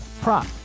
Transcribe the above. prop